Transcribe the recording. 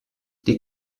die